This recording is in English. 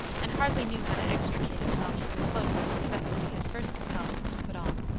and hardly knew how to extricate himself from the cloak which necessity had first compelled him to put on.